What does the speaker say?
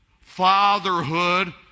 fatherhood